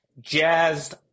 jazzed